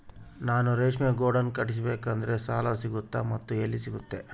ನಾನು ರೇಷ್ಮೆ ಗೂಡನ್ನು ಕಟ್ಟಿಸ್ಬೇಕಂದ್ರೆ ಸಾಲ ಸಿಗುತ್ತಾ ಮತ್ತೆ ಎಲ್ಲಿ ಸಿಗುತ್ತೆ?